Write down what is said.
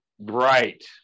Right